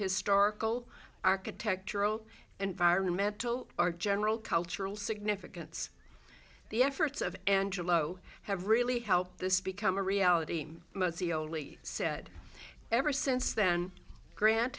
historical architectural environmental our general cultural significance the efforts of angelo have really helped this become a reality most iole said it ever since then grant